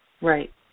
Right